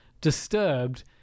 Disturbed